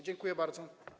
Dziękuję bardzo.